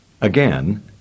Again